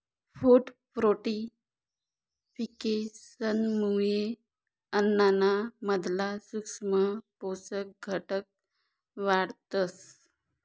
food फोर्टिफिकेशनमुये अन्नाना मधला सूक्ष्म पोषक घटक वाढतस